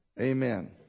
Amen